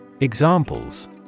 Examples